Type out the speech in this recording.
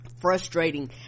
frustrating